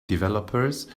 developers